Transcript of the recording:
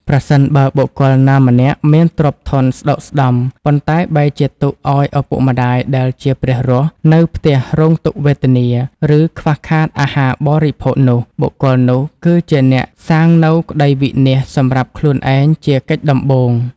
ប្រសិនបើបុគ្គលណាម្នាក់មានទ្រព្យធនស្ដុកស្ដម្ភ ប៉ុន្តែបែរជាទុកឱ្យឪពុកម្ដាយដែលជា ព្រះរស់ នៅផ្ទះរងទុក្ខវេទនា ឬខ្វះខាតអាហារបរិភោគនោះ បុគ្គលនោះគឺជាអ្នកសាងនូវក្ដីវិនាសសម្រាប់ខ្លួនឯងជាកិច្ចដំបូង។